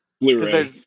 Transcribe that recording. Blu-ray